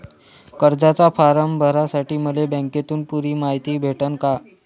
कर्जाचा फारम भरासाठी मले बँकेतून पुरी मायती भेटन का?